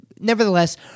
nevertheless